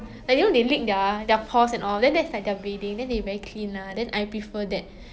like you know they like lick their paws and all then that's like bathing then they very clean lah then I prefer that